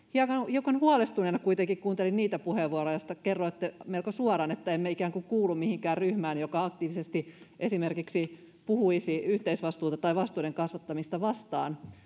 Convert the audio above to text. hiukan huolestuneena kuitenkin kuuntelin niitä puheenvuoroja joissa kerroitte melko suoraan että emme ikään kuin kuulu mihinkään ryhmään joka aktiivisesti esimerkiksi puhuisi yhteisvastuuta tai vastuiden kasvattamista vastaan